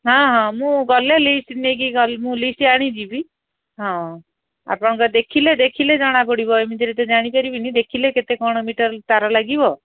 ହଁ ହଁ ମୁଁ ଗଲେ ଲିଷ୍ଟ୍ ନେଇକି ଗଲି ମୁଁ ଲିଷ୍ଟ ଆଣିଯିବି ହଁ ଆପଣଙ୍କ ଦେଖିଲେ ଦେଖିଲେ ଜଣା ପଡ଼ିବ ଏମିତିରେ ତ ଜାଣିପାରିବିନି ଦେଖିଲେ କେତେ କ'ଣ ମିଟର ତାର ଲାଗିବ